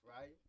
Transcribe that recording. right